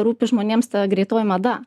rūpi žmonėms ta greitoji mada